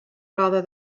rather